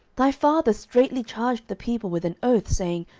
thy father straitly charged the people with an oath, saying,